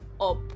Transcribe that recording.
up